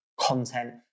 content